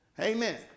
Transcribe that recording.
Amen